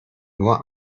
nur